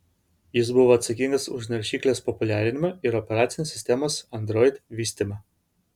jis buvo atsakingas už naršyklės populiarinimą ir operacinės sistemos android vystymą